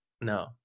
No